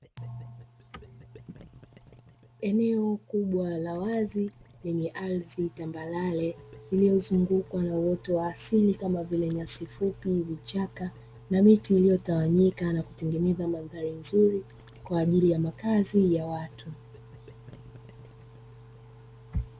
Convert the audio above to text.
Eneo kubwa la wazi lenye ardhi tambarare, iliyozungukwa na uoto wa asili kama vile nyasi fupi, vichaka na miti iliyotawanyika, na kutengeneza mandhari nzuri kwa ajili ya makazi ya watu.